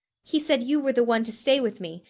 he said you were the one to stay with me,